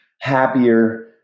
happier